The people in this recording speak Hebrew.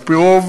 על-פי רוב